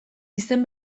izen